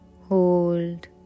hold